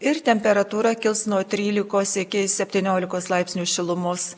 ir temperatūra kils nuo trylikos iki septyniolikos laipsnių šilumos